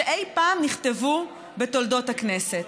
שאי פעם נכתבו בתולדות הכנסת.